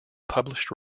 published